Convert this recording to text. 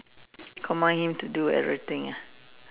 command him to do everything ah